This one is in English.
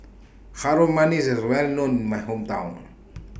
Harum Manis IS Well known in My Hometown